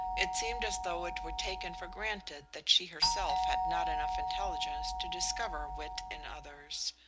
it seemed as though it were taken for granted that she herself had not enough intelligence to discover wit in others,